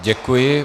Děkuji.